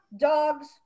dogs